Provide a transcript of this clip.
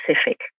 specific